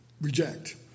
reject